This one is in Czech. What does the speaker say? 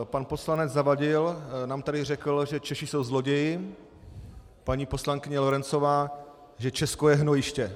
Pan poslanec Zavadil nám tady řekl, že Češi jsou zloději, paní poslankyně Lorencová, že Česko je hnojiště.